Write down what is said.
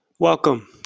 Welcome